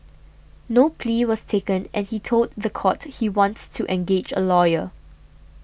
no plea was taken and he told the court he wants to engage a lawyer